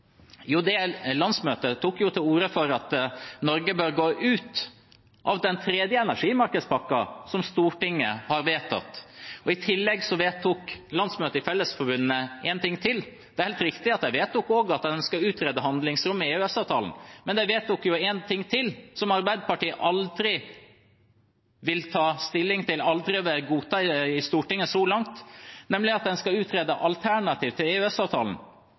Landsmøtet tok til orde for at Norge bør gå ut av den tredje energimarkedspakken som Stortinget har vedtatt. I tillegg vedtok landsmøtet i Fellesforbundet én ting til: Det er helt riktig at de vedtok at en skal utrede handlingsrommet i EØS-avtalen, men de vedtok én ting til, som Arbeiderpartiet aldri vil ta stilling til, så langt ikke vil godta i Stortinget, nemlig at en skal utrede alternativ til